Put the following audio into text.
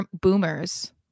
boomers